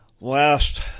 Last